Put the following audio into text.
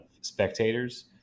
spectators